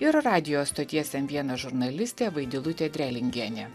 ir radijo stoties m vienas žurnalistė vaidilutė drelingienė